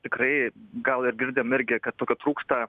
tikrai gal ir girdim irgi kad tokio trūksta